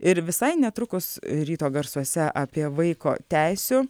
ir visai netrukus ryto garsuose apie vaiko teisių